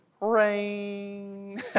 rain